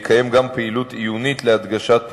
שיקיים גם פעילות עיונית להדגשת פועלו.